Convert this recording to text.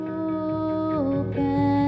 open